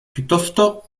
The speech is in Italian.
piuttosto